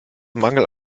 mangel